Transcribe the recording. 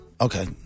Okay